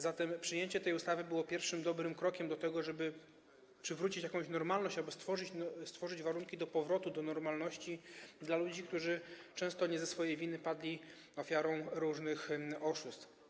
Zatem przyjęcie tej ustawy było pierwszym dobrym krokiem do tego, żeby przywrócić jakąś normalność albo stworzyć warunki powrotu do normalności dla ludzi, którzy często nie ze swojej winy padli ofiarą różnych oszustw.